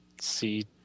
See